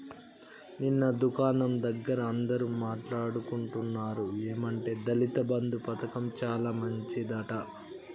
నిన్న దుకాణం దగ్గర అందరూ మాట్లాడుకుంటున్నారు ఏమంటే దళిత బంధు పథకం చాలా మంచిదట